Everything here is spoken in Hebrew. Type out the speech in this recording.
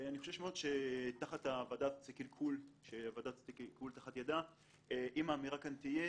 ואני חושש שהוועדה תעשה קלקול תחת ידה אם האמירה כאן תהיה